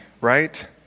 right